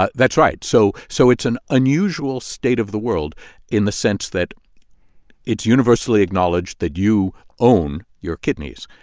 ah that's right. so so it's an unusual state of the world in the sense that it's universally acknowledged that you own your kidneys,